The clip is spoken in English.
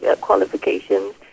qualifications